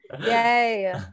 Yay